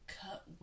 cut